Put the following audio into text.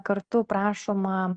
kartu prašoma